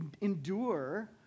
endure